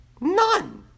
none